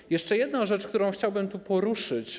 Jest jeszcze jedna rzecz, którą chciałbym tu poruszyć.